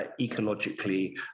ecologically